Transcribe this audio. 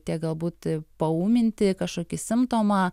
tiek galbūt paūminti kažkokį simptomą